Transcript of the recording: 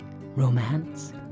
romance